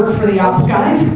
for the ops guys,